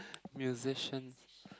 musician